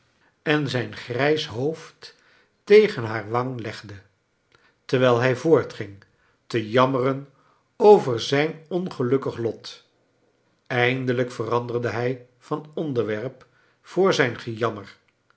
en zijn grijs hoofd tegen haar wang legde terwijl hij voortging te jammer en over zijn ongelukkig lot eindelijk veranderde hij van onderwerp voor zijn ge'jammer